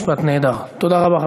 משפט נהדר, תודה רבה,